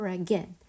again